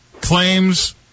claims